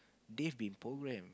this been program